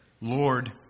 Lord